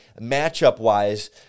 matchup-wise